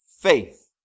faith